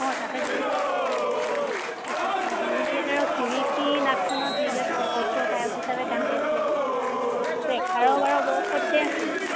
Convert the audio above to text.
অঁ তাতে থাকে চাগে তাৰিছত সেই হেঙুল থিয়েটাৰৰ খিৰিকী নাাটখনত হেৰিয়ত নেপথ্য গায়ক হিচাপে গান গাইছিলে আকৌ এইটো এঘাৰ বাৰ বৰ্ষতে আছিলে চাগে